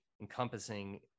encompassing